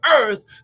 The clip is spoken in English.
earth